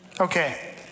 Okay